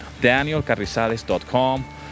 danielcarrizales.com